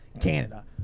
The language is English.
Canada